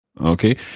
Okay